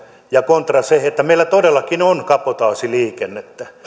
kontra se että meillä todellakin on kabotaasiliikennettä